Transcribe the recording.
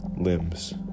limbs